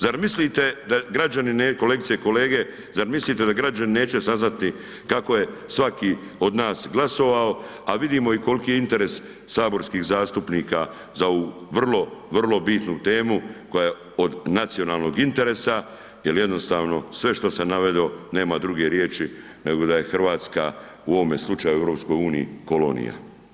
Zar mislite da građani, kolegice i kolege, zar mislite da građani neće saznati kako je svaki od nas glasovao a vidimo i koliki je interes saborskih zastupnika za ovu vrlo, vrlo bitnu temu koja je od nacionalnog interesa jer jednostavno sve što sam naveo nema druge riječi nego da je Hrvatska u ovome slučaju u EU kolonija.